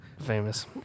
Famous